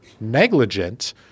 negligent